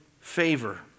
favor